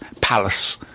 palace